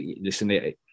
listen